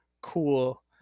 cool